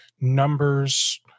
numbers